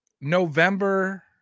november